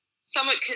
somewhat